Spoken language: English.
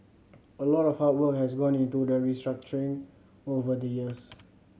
a lot of hard work has gone into that restructuring over the years